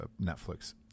Netflix